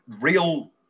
real